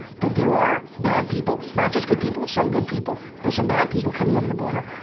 that there are bad people, not just good people, some good people, but some bad people coming over the border.